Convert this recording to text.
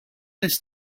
this